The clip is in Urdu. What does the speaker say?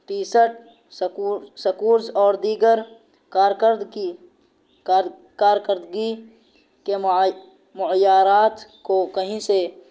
ٹی شرٹ اسکور اسکورس اور دیگر کارکردکی کارکردگی کے معیارات کو کہیں سے